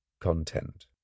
content